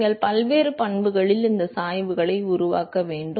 நீங்கள் பல்வேறு பண்புகளில் இந்த சாய்வுகளை உருவாக்க வேண்டும்